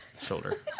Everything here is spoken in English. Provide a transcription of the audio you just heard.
shoulder